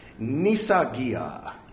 Nisagia